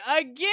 again